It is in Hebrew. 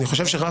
לדעתי,